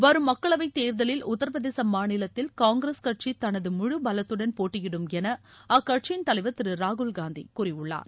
வரும் மக்களவை தேர்தலில் உத்தரபிரதேச மாநிலத்தில் காங்கிரஸ் கட்சி தனது முழு பலத்துடன் போட்டியிடும் என அக்கட்சியின் தலைவா் திரு ராகுல் காந்தி கூறியுள்ளார்